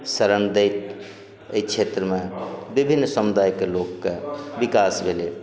शरण दैत अछि क्षेत्रमे विभिन्न समुदायके लोकके विकास भेलै